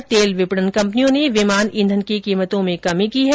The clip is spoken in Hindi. उधर तेल विपणन कंपनियों ने विमान ईंधन की कीमत में कमी की है